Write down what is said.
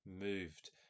moved